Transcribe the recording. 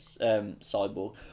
Cyborg